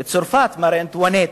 צרפת, מרי אנטואנט,